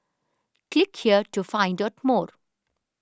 click here to find out more